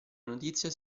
notizia